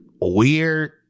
weird